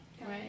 Right